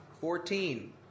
fourteen